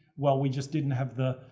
well we just didn't have the,